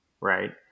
Right